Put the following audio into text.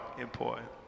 important